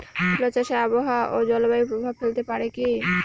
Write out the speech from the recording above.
তুলা চাষে আবহাওয়া ও জলবায়ু প্রভাব ফেলতে পারে কি?